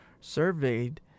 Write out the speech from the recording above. surveyed